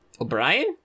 O'Brien